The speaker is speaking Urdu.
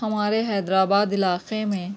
ہمارے حیدر آباد علاقے میں